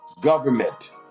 government